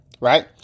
right